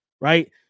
right